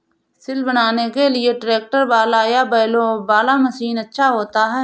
सिल बनाने के लिए ट्रैक्टर वाला या बैलों वाला मशीन अच्छा होता है?